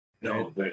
No